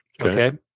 okay